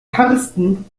karsten